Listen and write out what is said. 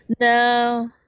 no